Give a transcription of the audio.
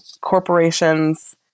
corporations